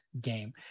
game